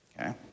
okay